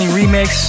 remix